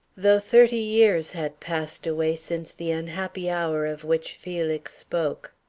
though thirty years had passed away since the unhappy hour of which felix spoke.